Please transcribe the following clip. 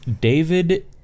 David